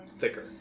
Thicker